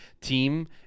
team